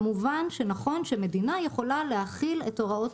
כמובן שנכון שמדינה יכולה להחיל את הוראות